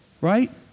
Right